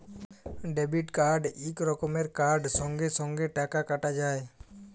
debit card ইক রকমের card সঙ্গে সঙ্গে টাকা কাটা যায়